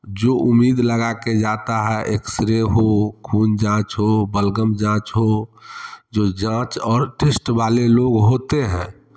जो उम्मीद लगा के जाता है एक्सरे हो खून जाँच हो बलगम जाँच हो जो जाँच और टेस्ट वाले लोग होते हैं